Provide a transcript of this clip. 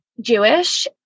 Jewish